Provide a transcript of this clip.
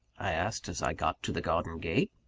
i asked, as i got to the garden gate.